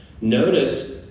Notice